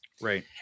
Right